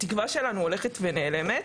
התקווה שלנו הולכת ונעלמת,